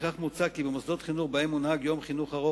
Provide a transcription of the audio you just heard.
ולפיכך מוצע כי במוסדות חינוך שבהם מונהג יום חינוך ארוך